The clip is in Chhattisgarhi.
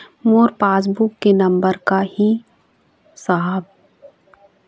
मोर पास बुक के नंबर का ही साहब?